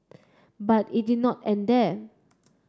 but it did not end there